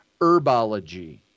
herbology